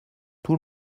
tout